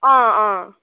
हां हां